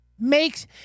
Makes